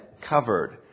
covered